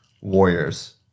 warriors